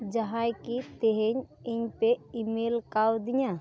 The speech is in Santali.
ᱡᱟᱦᱟᱸᱭ ᱠᱤ ᱛᱮᱦᱮᱧ ᱤᱧᱯᱮ ᱤᱢᱮᱞ ᱠᱟᱹᱣᱫᱤᱧᱟᱹ